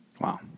Wow